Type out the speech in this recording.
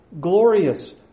glorious